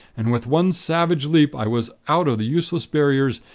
and with one savage leap i was out of the useless barriers,